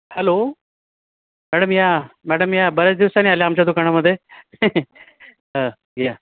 hello madam या madam या बऱ्याच दिवसांनी आल्या आमच्या दुकानामध्ये या